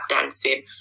dancing